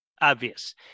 obvious